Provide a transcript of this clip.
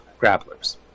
grapplers